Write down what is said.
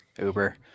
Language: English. Uber